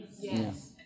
Yes